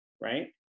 right